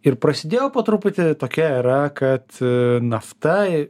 ir prasidėjo po truputį tokia yra kad e nafta